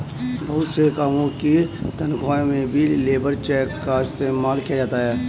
बहुत से कामों की तन्ख्वाह में भी लेबर चेक का इस्तेमाल किया जाता है